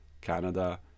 Canada